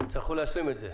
תצטרכו להשלים את זה.